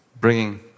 bringing